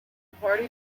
party